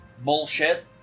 Bullshit